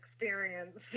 experience